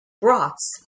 broths